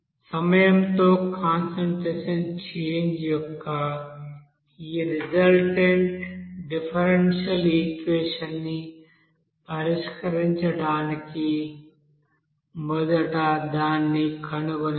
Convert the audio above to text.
సమయంతో concentration change యొక్క ఈ రిజల్టంట్ డిఫరెన్సియల్ఈక్వెషన్ ని పరిష్కరించడానికి మొదట దాన్ని కనుగొనాలి